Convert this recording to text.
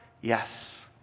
Yes